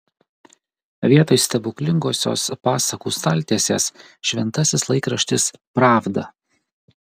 vietoj stebuklingosios pasakų staltiesės šventasis laikraštis pravda